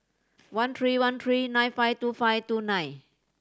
one three one three nine five two five two nine